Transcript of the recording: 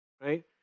right